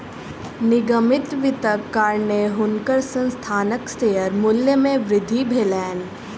निगमित वित्तक कारणेँ हुनकर संस्थानक शेयर मूल्य मे वृद्धि भेलैन